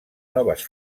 noves